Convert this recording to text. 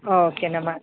ಓಕೆನಮ್ಮ